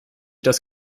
das